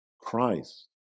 Christ